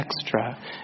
extra